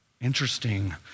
Interesting